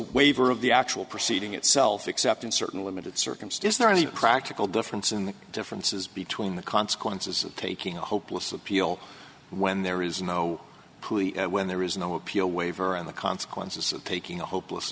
waiver of the actual proceeding itself except in certain limited circumstances are the practical difference in the differences between the consequences of taking a hopeless appeal when there is no when there is no appeal waiver and the consequences of taking a hopeless